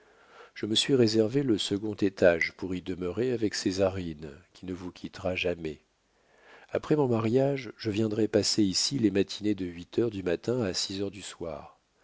je me suis réservé le second étage pour y demeurer avec césarine qui ne vous quittera jamais après mon mariage je viendrai passer ici les matinées de huit heures du matin à six heures du soir